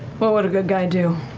what would a good guy do?